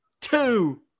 two